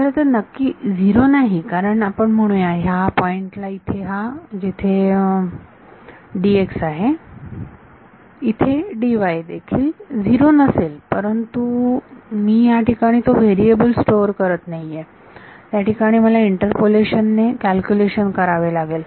खरंतर नक्की 0 नाही कारण आपण म्हणूया ह्या पॉइंट ला जिथे हा आहे इथे देखील 0 नसेल परंतु मी या ठिकाणी तो व्हेरिएबल स्टोअर करत नाहीये त्या ठिकाणी मला इंटरपोलेशन ने कॅल्क्युलेशन करावे लागेल